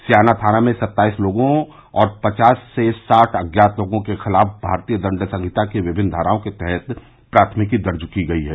स्याना थाने में सत्ताईस लोगों और पचास से साठ अज्ञात लोगों के खिलाफ भारतीय दंड संहिता की विभिन्न धाराओं के तहत प्राथमिकी दर्ज की गई है